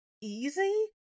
easy